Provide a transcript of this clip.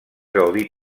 gaudir